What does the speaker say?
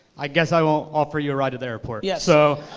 i guess i won't offer you ride to the airport, yeah so